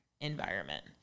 environment